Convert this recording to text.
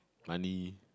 money